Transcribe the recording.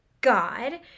God